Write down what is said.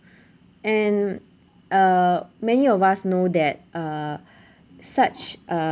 and uh many of us know that uh such a